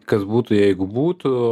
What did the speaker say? kas būtų jeigu būtų